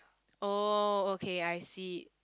oh okay I see